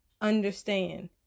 understand